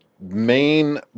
main